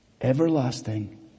everlasting